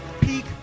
Peak